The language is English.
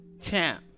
Champ